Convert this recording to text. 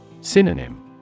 Synonym